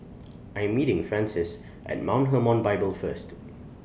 I Am meeting Frances At Mount Hermon Bible First